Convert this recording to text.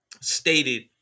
stated